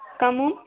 कम